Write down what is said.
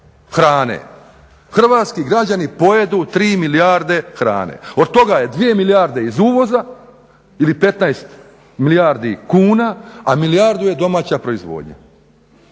Hrvatski građani pojedu 3 milijarde hrane. Od toga je 2 milijarde iz uvoza ili 15 milijardi kuna, a milijardu je domaća proizvodnja.